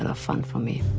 and fun for me